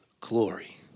glory